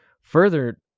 Further